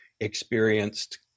experienced